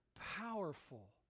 powerful